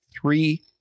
three